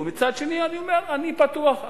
ומצד שני אני אומר: אני פתוח,